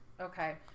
okay